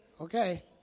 okay